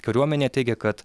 kariuomenėj teigia kad